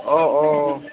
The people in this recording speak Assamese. অঁ অঁ